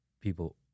people